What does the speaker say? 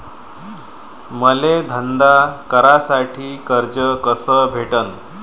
मले धंदा करासाठी कर्ज कस भेटन?